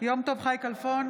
יום טוב חי כלפון,